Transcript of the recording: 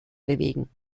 bewegen